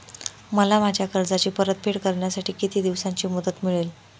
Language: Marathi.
मला माझ्या कर्जाची परतफेड करण्यासाठी किती दिवसांची मुदत मिळेल?